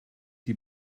die